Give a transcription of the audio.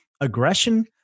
aggression